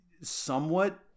somewhat